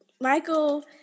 Michael